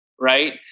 Right